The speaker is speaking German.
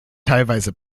teilweise